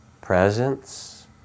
presence